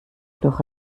durch